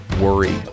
worry